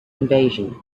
invasion